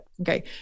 Okay